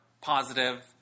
positive